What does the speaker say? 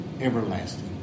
everlasting